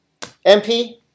MP